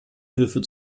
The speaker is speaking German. hilfe